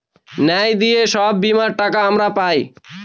ন্যায় দিয়ে সব বীমার টাকা আমরা পায়